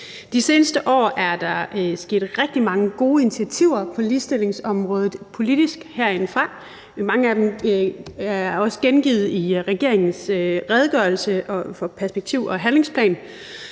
De seneste år er der taget rigtig mange gode initiativer på ligestillingsområdet politisk herindefra, og mange af dem er også gengivet i regeringens redegørelse om perspektiv- og handlingsplanen.